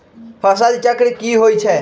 फसल चक्र की होई छै?